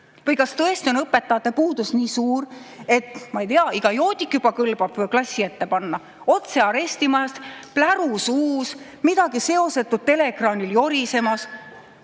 lasi? Kas tõesti on õpetajate puudus nii suur, et, ma ei tea, iga joodik juba kõlbab klassi ette panna: otse arestimajast, pläru suus, midagi seosetut teleekraanil jorisemas?